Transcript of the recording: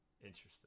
Interesting